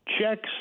checks